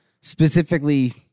specifically